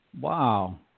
Wow